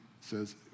says